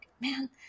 man